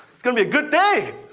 it's gonna be a good day!